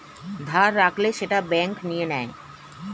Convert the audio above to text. ধার রাখলে সেটা ব্যাঙ্ক নিয়ে নেয়